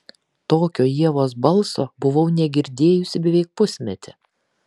tokio ievos balso buvau negirdėjusi beveik pusmetį